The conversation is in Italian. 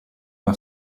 una